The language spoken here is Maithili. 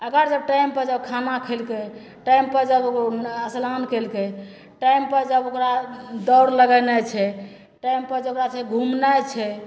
अगर जब टाइमपर जँ खाना खएलकै टाइमपर जब ओ अस्नान कएलकै टाइमपर जब ओकरा दौड़ लगेनाइ छै टाइमपर जे ओकरा छै घुमनाइ छै